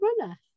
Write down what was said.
runner